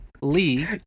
Lee